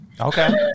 Okay